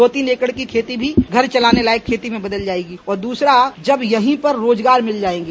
दो तीन एकड़ की खेती भी घर चलाने लायक खती में बदल जायेगी और दूसरा जब यही पर रोजगार मिल जायेगे